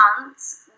months